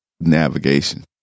navigation